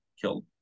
killed